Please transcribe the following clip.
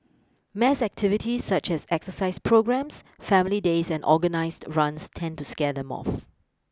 mass activities such as exercise programmes family days and organised runs tend to scare them off